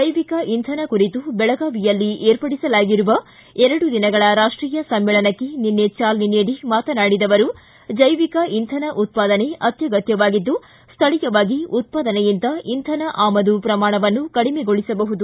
ಜೈವಿಕ ಇಂಧನ ಕುರಿತು ಬೆಳಗಾವಿಯಲ್ಲಿ ವಿರ್ಪಡಿಸಲಾಗಿರುವ ಎರಡು ದಿನಗಳ ರಾಷ್ಟೀಯ ಸಮ್ಮೇಳನಕ್ಕೆ ನಿನ್ನೆ ಚಾಲನೆ ನೀಡಿ ಮಾತನಾಡಿದ ಅವರು ಜೈವಿಕ ಇಂಧನ ಉತ್ಪಾದನೆ ಅತ್ಯಗತ್ಯವಾಗಿದ್ದು ಸ್ಥಳೀಯವಾಗಿ ಉತ್ಪಾದನೆಯಿಂದ ಇಂಧನ ಆಮದು ಪ್ರಮಾಣವನ್ನು ಕಡಿಮೆಗೊಳಿಸಬಹುದು